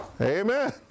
Amen